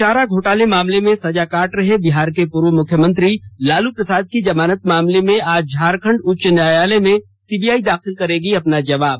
चारा घोटाले मामले में सजा काट रहे बिहार के पूर्व मुख्यमंत्री लालू प्रसाद की जमानत मामले में आज झारखंड उच्च न्यायालय में सीबीआई दाखिल करेगी अपना जवाब